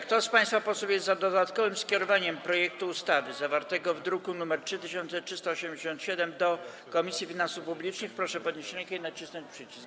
Kto z państwa posłów jest za dodatkowym skierowaniem projektu ustawy zawartego w druku nr 3387 do Komisji Finansów Publicznych, proszę podnieść rękę i nacisnąć przycisk.